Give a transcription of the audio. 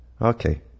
Okay